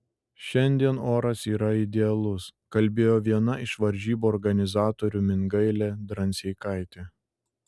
šiandien oras yra idealus kalbėjo viena iš varžybų organizatorių mingailė dranseikaitė